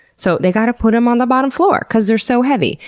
so, they gotta put them on the bottom floor because they're so heavy.